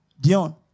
Dion